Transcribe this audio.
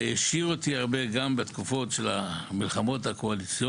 הוא העשיר אותי הרבה גם בתקופות של המלחמות הקואליציוניות.